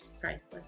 Priceless